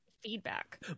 feedback